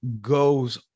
goes